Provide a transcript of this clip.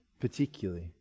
particularly